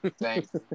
Thanks